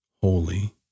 holy